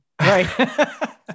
Right